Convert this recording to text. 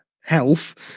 health